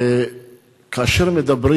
כאשר מדברים